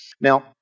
Now